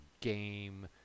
game